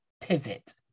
pivot